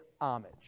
homage